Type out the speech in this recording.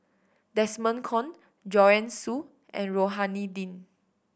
Desmond Kon Joanne Soo and Rohani Din